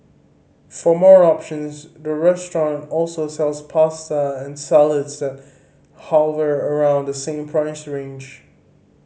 for more options the restaurant also sells pasta and salads that hover around the same price range